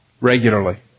regularly